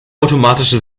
automatische